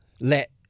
let